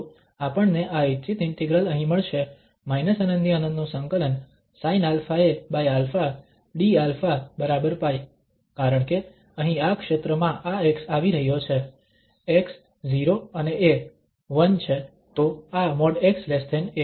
તો આપણને આ ઇચ્છિત ઇન્ટિગ્રલ અહીં મળશે ∞∫∞ sinαaα dα બરાબર π કારણ કે અહીં આ ક્ષેત્રમાં આ x આવી રહ્યો છે x 0 અને a 1 છે